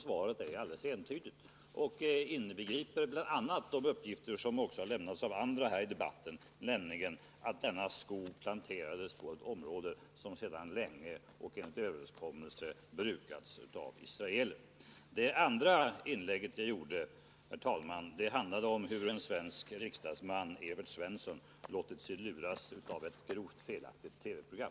Svaret är helt entydigt och inbegriper bl.a. de uppgifter som också har lämnats av andra här i debatten, nämligen att denna skog planterats på ett område som sedan länge brukats av israeler. Det andra inlägget jag gjorde, herr talman, handlade om hur en svensk riksdagsman, Evert Svensson, låtit sig luras av ett grovt felaktigt TV program.